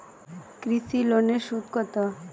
কৃষি লোনের সুদ কত?